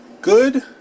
good